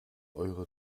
eure